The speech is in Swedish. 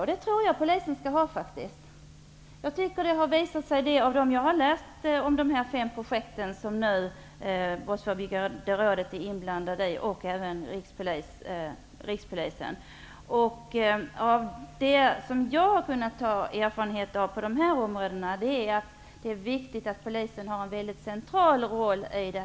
Jag tror att det är Polisen som skall ha det. Det har visat sig. Jag har läst om de fem projekt som Rikspolisstyrelsen är inblandade i. De erfarenheter jag har kunnat dra på dessa områden är att det är viktigt att Polisen spelar en central roll.